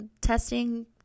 testing